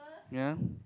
ya